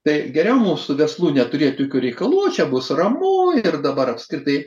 tai geriau mums su verslu neturėt jokių reikalų o čia bus ramu ir dabar apskritai